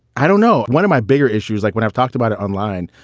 i don't know. one of my bigger issues, like when i've talked about it online,